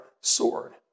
sword